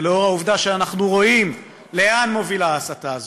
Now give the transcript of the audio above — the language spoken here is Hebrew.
ולאור העובדה שאנחנו רואים לאן מובילה ההסתה הזו,